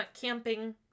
camping